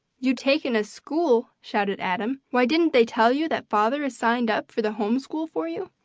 you taken a school! shouted adam. why, didn't they tell you that father has signed up for the home school for you?